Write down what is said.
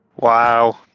Wow